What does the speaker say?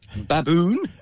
Baboon